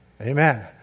Amen